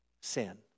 sin